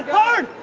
are